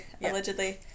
allegedly